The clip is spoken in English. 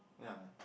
ya ya